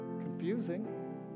Confusing